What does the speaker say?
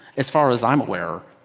as far as i'm aware,